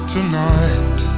Tonight